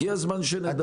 הגיע הזמן שנדע.